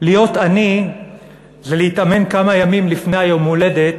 "להיות עני זה להתאמן כמה ימים לפני היום-הולדת